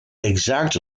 exact